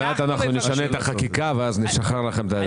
עוד מעט נשנה לכם את החקיקה ואז נשחרר לכם את הידיים.